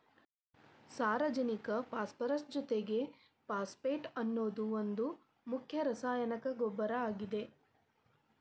ಸಾರಜನಕ ಪಾಸ್ಪರಸ್ ಜೊತಿಗೆ ಫಾಸ್ಫೇಟ್ ಅನ್ನೋದು ಒಂದ್ ಮುಖ್ಯ ರಾಸಾಯನಿಕ ಗೊಬ್ಬರ ಆಗೇತಿ